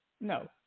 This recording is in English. no